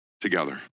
together